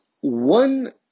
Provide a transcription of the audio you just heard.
one